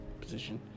position